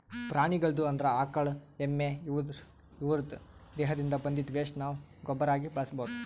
ಪ್ರಾಣಿಗಳ್ದು ಅಂದ್ರ ಆಕಳ್ ಎಮ್ಮಿ ಇವುದ್ರ್ ದೇಹದಿಂದ್ ಬಂದಿದ್ದ್ ವೆಸ್ಟ್ ನಾವ್ ಗೊಬ್ಬರಾಗಿ ಬಳಸ್ಬಹುದ್